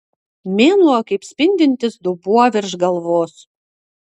mėnuo kaip spindintis dubuo virš galvos